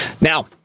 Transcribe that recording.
Now